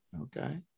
Okay